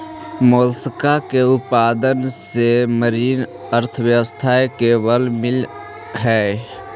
Mollusca के उत्पादन से मरीन अर्थव्यवस्था के बल मिलऽ हई